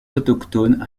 autochtone